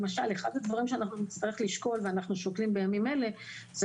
למשל אחד הדברים שאנחנו נצטרך לשקול ואנחנו שוקלים בימים אלה,